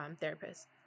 therapist